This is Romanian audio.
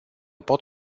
pot